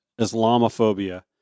Islamophobia